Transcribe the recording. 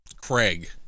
Craig